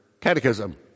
Catechism